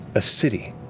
a city.